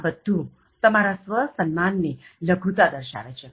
આ બધું તમારા સ્વ સન્માન ની લઘુતા દર્શાવે છે